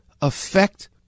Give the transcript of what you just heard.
affect